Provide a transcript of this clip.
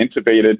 intubated